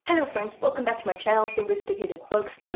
hello friends, welcome back to my channel, sophiesticated books!